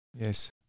Yes